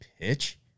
pitch